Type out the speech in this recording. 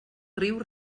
riu